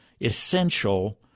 essential